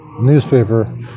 newspaper